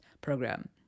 program